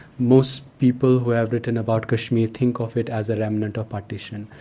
most people who have written about kashmir think of it as a remnant of partition,